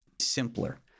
simpler